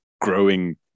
growing